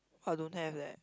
I don't have leh